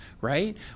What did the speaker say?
right